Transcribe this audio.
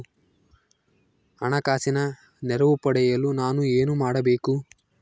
ಹಣಕಾಸಿನ ನೆರವು ಪಡೆಯಲು ನಾನು ಏನು ಮಾಡಬೇಕು?